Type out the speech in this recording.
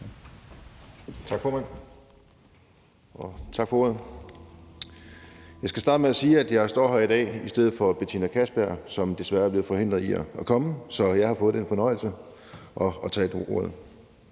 Tak for ordet, formand. Jeg skal starte med at sige, at jeg står her i dag i stedet for Betina Kastbjerg, som desværre er blevet forhindret i at komme. Så jeg har fået den fornøjelse at tage ordet